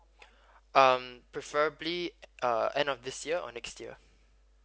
um preferably uh end of this year or next year